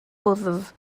wddf